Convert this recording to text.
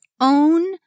own